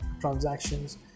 transactions